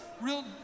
real